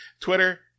Twitter